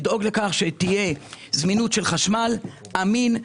לדאוג לכך שתהיה זמינות של חשמל אמין,